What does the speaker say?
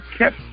Kept